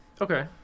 Okay